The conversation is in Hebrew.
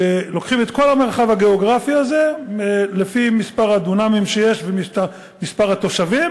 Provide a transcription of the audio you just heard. לוקחים את כל המרחב הגיאוגרפי הזה לפי מספר הדונמים שיש ומספר התושבים,